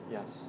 Yes